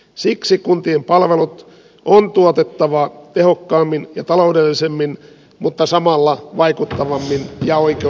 siksi kuntien palvelut on tuotettava tehokkaammin ja taloudellisemmin mutta samalla vaikuttavammin ja oikeudenmukaisemmin